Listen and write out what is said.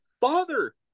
father